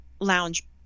lounge